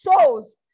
shows